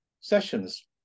sessions